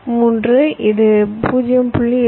3 இது 0